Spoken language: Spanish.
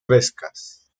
frescas